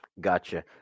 Gotcha